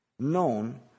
Known